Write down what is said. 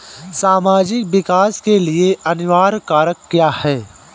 सामाजिक विकास के लिए अनिवार्य कारक क्या है?